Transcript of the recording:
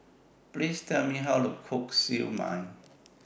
Please Tell Me How to Cook Siew Mai